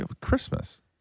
Christmas